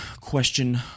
question